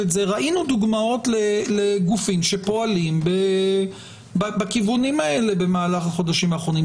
ראינו דוגמאות לגופים שפועלים בכיוונים האלה במהלך החודשים האחרונים.